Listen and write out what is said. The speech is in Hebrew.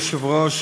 אדוני היושב-ראש,